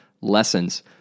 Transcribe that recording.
lessons